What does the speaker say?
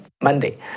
Monday